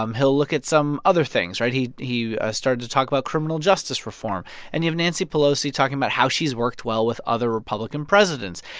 um he'll look at some other things, right? he he started to talk about criminal justice reform and you have nancy pelosi talking about how she's worked well with other republican presidents.